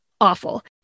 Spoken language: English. awful